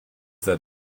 that